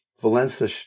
Valencia